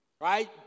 Right